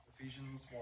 Ephesians